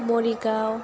Morigaon